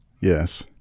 Yes